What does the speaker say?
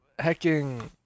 hecking